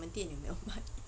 你们店有没有卖